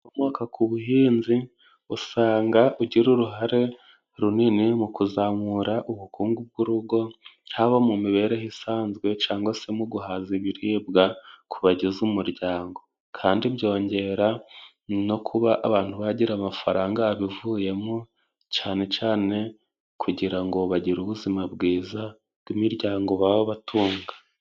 Ukokomoka ku buhinzi usanga ugira uruhare runini mu kuzamura ubukungu bwurugo, haba mu mibereho isanzwe cyangwa se mu guhaza ibiribwa kubagize umuryango. Kandi byongera no kuba abantu bagira amafaranga abivuyemo cane cane kugirango bagire ubuzima bwiza bw'imiryango baba batunga.